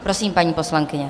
Prosím, paní poslankyně.